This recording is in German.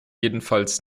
jedenfalls